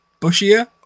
bushier